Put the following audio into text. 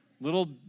little